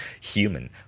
human